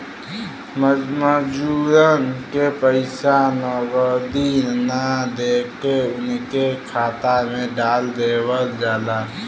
मजूरन के पइसा नगदी ना देके उनके खाता में डाल देवल जाला